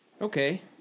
Okay